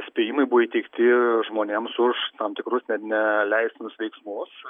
įspėjimai buvo įteikti žmonėms už tam tikrus ne neleistinus veiksmus